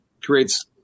creates